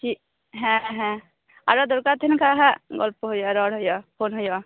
ᱦᱮᱸ ᱦᱮᱸ ᱟᱨᱚ ᱫᱚᱨᱠᱟᱨ ᱛᱟᱦᱮᱱ ᱠᱷᱟᱱ ᱦᱸᱟᱜ ᱜᱚᱞᱯᱚ ᱦᱩᱭᱩᱜᱼᱟ ᱨᱚᱲ ᱦᱩᱭᱩᱜᱼᱟ ᱯᱷᱳᱱ ᱦᱩᱭᱩᱜᱼᱟ